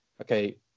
okay